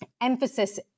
emphasis